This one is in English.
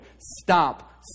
Stop